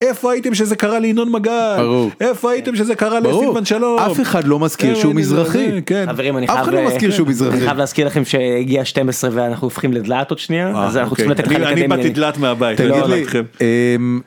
איפה הייתם שזה קרה לינון מגל? איפה הייתם שזה קרה לסילבן שלום? אף אחד לא מזכיר שהוא מזרחי. כן, אבל אם אני חייב להזכיר לכם שהגיע 12 ואנחנו הופכים לדלעת עוד שנייה.